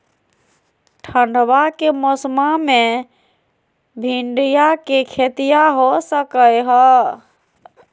ठंडबा के मौसमा मे भिंडया के खेतीया हो सकये है?